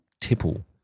tipple